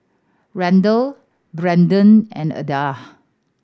Randle Branden and Ada